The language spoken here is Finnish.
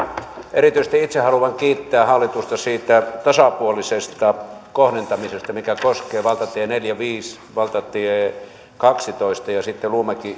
itse haluan kiittää hallitusta erityisesti siitä tasapuolisesta kohdentamisesta mikä koskee valtatie neljääkymmentäviittä valtatie kahtatoista ja sitten luumäki